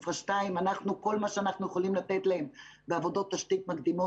2. כל מה שאנחנו יכולים לתת להם בעבודות תשתית מקדימות,